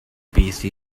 busy